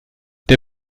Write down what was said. der